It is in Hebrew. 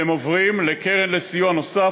והם עוברים לקרן לסיוע נוסף,